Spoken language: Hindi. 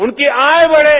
उनकी आय बढ़े